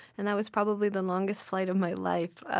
and that was probably the longest flight of my life. ah